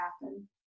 happen